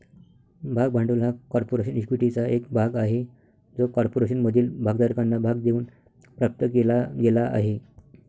भाग भांडवल हा कॉर्पोरेशन इक्विटीचा एक भाग आहे जो कॉर्पोरेशनमधील भागधारकांना भाग देऊन प्राप्त केला गेला आहे